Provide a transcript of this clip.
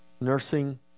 nursing